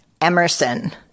Emerson